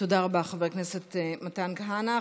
תודה רבה, חבר הכנסת מתן כהנא.